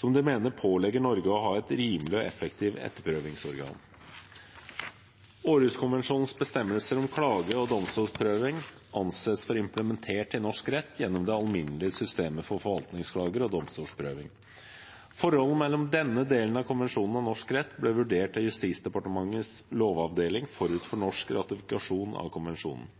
som de mener pålegger Norge å ha et rimelig og effektivt overprøvingsorgan. Århuskonvensjonens bestemmelser om klage og domstolsprøving anses for implementert i norsk rett gjennom det alminnelige systemet for forvaltningsklager og domstolsprøving. Forholdet mellom denne delen av konvensjonen og norsk rett ble vurdert av Justisdepartementets lovavdeling forut for norsk ratifikasjon av konvensjonen.